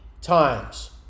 times